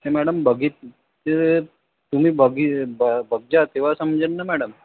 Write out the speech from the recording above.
हे मॅडम बघित ते तुम्ही बघि बं बघजा तेव्हा समजेल ना मॅडम